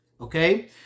Okay